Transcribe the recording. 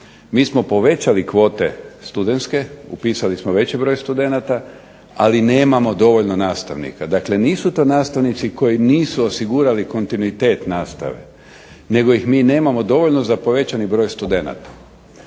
Mi smo povećali kvote studentske, upisali smo veći broj studenata, ali nemamo dovoljno nastavnika. Dakle, nisu to nastavnici koji nisu osigurali kontinuitet nastave nego ih mi nemamo dovoljno za povećani broj studenata.